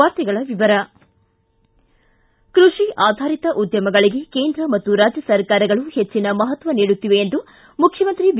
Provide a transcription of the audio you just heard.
ವಾರ್ತೆಗಳ ವಿವರ ಕೃಷಿ ಆಧಾರಿತ ಉದ್ಯಮಗಳಗೆ ಕೇಂದ್ರ ಮತ್ತು ರಾಜ್ಯ ಸರ್ಕಾರಗಳು ಹೆಚ್ಚನ ಮಹತ್ವ ನೀಡುತ್ತಿವೆ ಎಂದು ಮುಖ್ಯಮಂತ್ರಿ ಬಿ